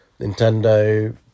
Nintendo